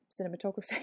cinematography